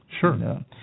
Sure